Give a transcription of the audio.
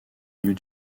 new